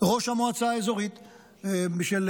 ראש המועצה האזורית גולן.